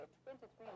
23